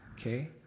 okay